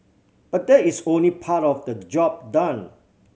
but that is only part of the job done